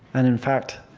and in fact,